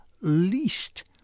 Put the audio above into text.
least